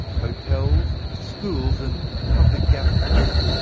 hotels, schools and public gatherings.